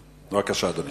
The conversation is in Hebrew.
בבקשה, אדוני.